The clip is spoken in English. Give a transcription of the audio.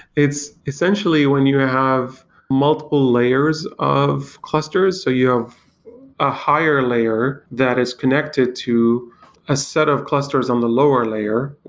it's essentially when you have multiple layers of clusters. so you have a higher layer that is connected to a set of clusters on the lower layer,